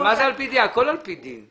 הכול על פי דין.